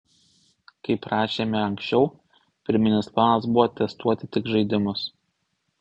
kaip rašėme anksčiau pirminis planas buvo testuoti tik žaidimus